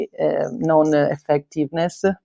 non-effectiveness